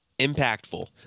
Impactful